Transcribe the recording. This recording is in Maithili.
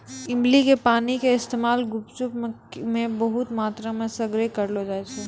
इमली के पानी के इस्तेमाल गुपचुप मे बहुते मात्रामे सगरे करलो जाय छै